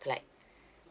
applied